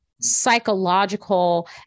psychological